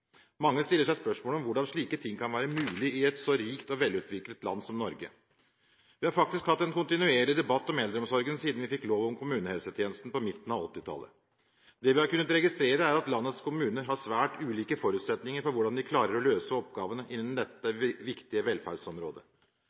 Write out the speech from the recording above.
Mange stiller seg spørsmålet om hvordan slike ting kan være mulig i et så rikt og velutviklet land som Norge. Vi har faktisk hatt en kontinuerlig debatt om eldreomsorgen siden vi fikk lov om kommunehelsetjenesten på midten av 1980-tallet. Det vi har kunnet registrere, er at landets kommuner har svært ulike forutsetninger for hvordan de klarer å løse oppgavene innen dette viktige velferdsområdet.